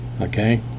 Okay